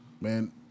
Man